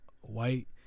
white